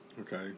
Okay